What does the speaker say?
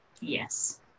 Yes